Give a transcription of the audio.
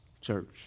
church